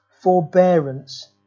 forbearance